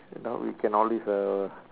you know we can always uh